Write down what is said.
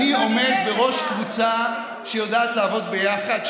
אני עומד בראש קבוצה שיודעת לעבוד ביחד,